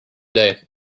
day